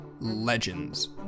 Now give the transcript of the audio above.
Legends